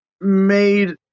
made